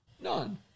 none